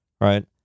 right